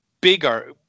bigger